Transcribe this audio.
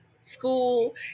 school